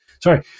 Sorry